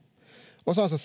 osansa